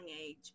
age